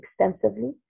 extensively